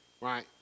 right